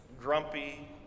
grumpy